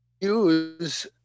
use